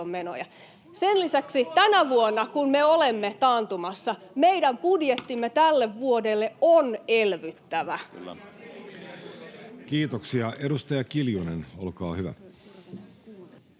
Sen lisäksi tänä vuonna, kun me olemme taantumassa, meidän budjettimme tälle vuodelle on elvyttävä. Kiitoksia. — Edustaja Kiljunen, olkaa hyvä.